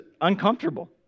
uncomfortable